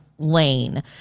Lane